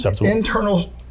internal